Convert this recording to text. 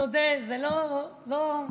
תודה, זה לא, לא,